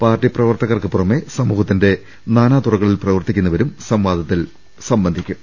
party പ്രവർത്തകർക്ക് പുറമെ സമൂഹത്തിന്റെ നാനാതുറകളിൽ പ്രവർത്തിക്കുന്നവരും സംവാദത്തിൽ സംബന്ധിക്കും